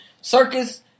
Circus